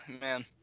man